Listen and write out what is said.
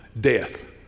death